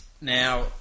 Now